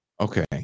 Okay